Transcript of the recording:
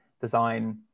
design